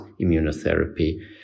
immunotherapy